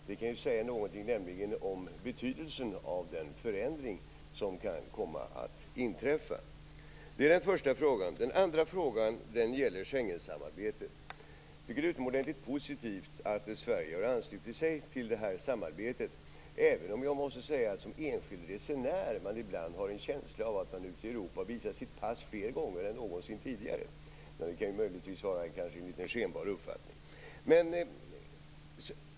Detta kan nämligen säga någonting om betydelsen av den förändring som kan komma att inträffa. Den andra frågan gäller Schengensamarbetet. Jag tycker att det är utomordentligt positivt att Sverige har anslutit sig till det här samarbetet, även om jag måste säga att man som enskild resenär ibland har en känsla av att man ute i Europa visar sitt pass fler gånger än någonsin tidigare. Men det kan möjligtvis vara en skenbar uppfattning.